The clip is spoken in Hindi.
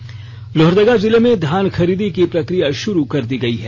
से स लोहरदगा जिला मे धान खरीदी की प्रक्रिया शुरू कर दी गई है